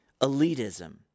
elitism